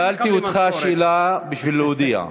שאלתי אותך שאלה בשביל להודיע.